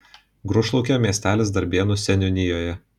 grūšlaukė miestelis darbėnų seniūnijoje